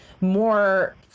more